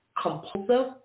compulsive